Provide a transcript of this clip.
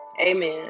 Amen